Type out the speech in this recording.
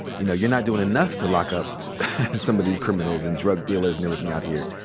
you know, you're not doing enough to lock up some of these criminals, and drug dealers, and everything out here.